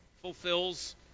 fulfills